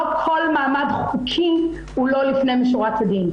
לא כל מעמד חוקי הוא לא לפנים משורת הדין.